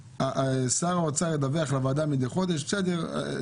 "שר האוצר ידווח לוועדה מדי חודש" בסדר,